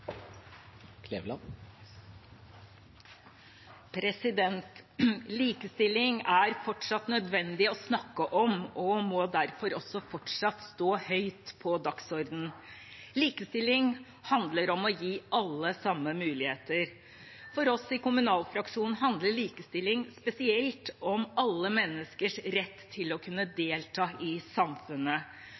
fortsatt nødvendig å snakke om og må derfor fortsatt stå høyt på dagsordenen. Likestilling handler om å gi alle samme muligheter. For oss i kommunalfraksjonen handler likestilling spesielt om alle menneskers rett til å kunne delta i samfunnet.